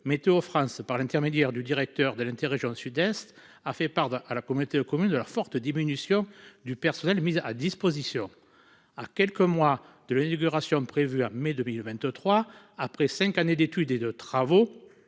Météo France par l'intermédiaire du directeur de l'interrégion Sud-Est a fait part à la communauté de communes de la forte diminution du personnel, mise à disposition. À quelques mois de la libération prévue à mai 2023, après 5 années d'études et de travaux,